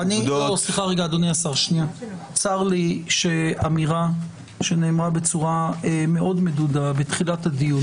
צר לי שאמירה שנאמרה בצורה מאוד מדודה בתחילת הדיון